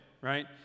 right